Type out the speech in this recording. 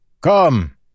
Come